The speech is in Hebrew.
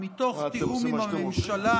ומתוך תיאום עם הממשלה,